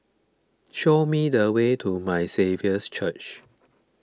show me the way to My Saviour's Church